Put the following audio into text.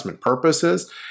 purposes